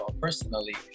personally